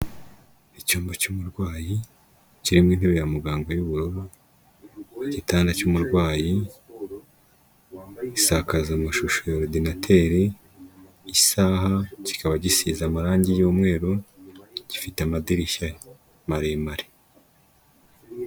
Icyumba cy'umurwayi, kirimo intebe ya muganga y'ubururu, igitanda cy'umurwayi, isakaza mashusho ya orudinateri, isaha, kikaba gisize amarangi y'umweru, gifite amadirishya maremare.